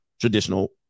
traditional